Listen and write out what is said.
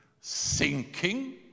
sinking